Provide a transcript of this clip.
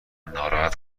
ناراحت